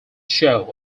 show